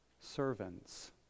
servants